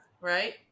right